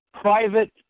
private